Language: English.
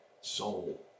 soul